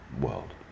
world